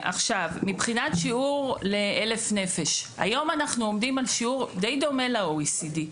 מבחינת שיעור ל-1,000 נפש - היום אנחנו עומדים על שיעור די דומה ל-OECD.